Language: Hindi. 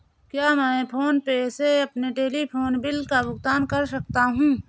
क्या मैं फोन पे से अपने टेलीफोन बिल का भुगतान कर सकता हूँ?